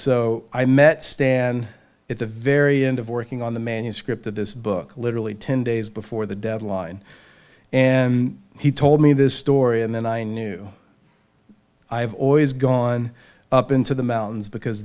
so i met stan at the very end of working on the manuscript of this book literally ten days before the deadline and he told me this story and then i knew i've always gone up into the mountains because